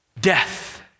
Death